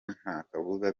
ntakabuza